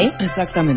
Exactamente